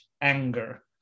anger